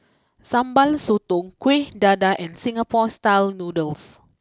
Sambal Sotong Kuih Dadar and Singapore style Noodles